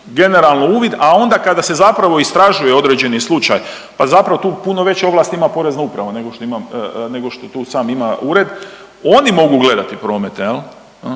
generalno uvid, a onda kada se zapravo istražuje određeni slučaj pa zapravo tu puno veće ovlasti ima Porezna uprava, nego što ima, nego što tu sam ima ured, oni mogu gledati promete, je li.